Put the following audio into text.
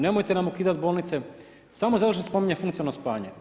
Nemojte nam ukidati bolnice, samo zato što spominje funkcionalno spajanje.